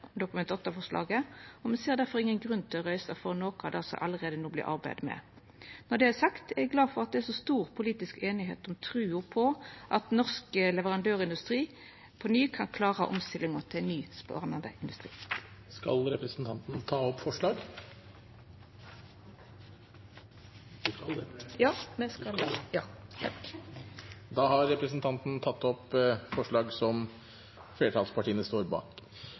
8-forslaget, og me ser difor ingen grunn til å røysta for noko som allereie vert arbeidd med. Når det er sagt, er eg glad for at det er så stor politisk einigheit om trua på at norsk leverandørindustri på ny kan klara omstillinga til ein ny, spennande industri. Skal representanten ta opp forslag? Ja, eg tek opp forslag nr. 1. Da har representanten Liv Kari Eskeland tatt opp det forslaget hun refererte til. Havvind er blitt et veldig aktuelt tema, som